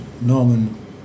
Norman